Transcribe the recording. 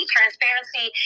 Transparency